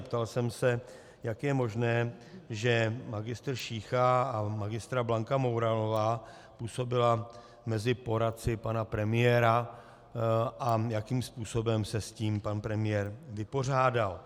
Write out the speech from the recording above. Ptal jsem se, jak je možné, že magistr Šícha a magistra Blanka Mouralová působili mezi poradci pana premiéra a jakým způsobem se s tím pan premiér vypořádal.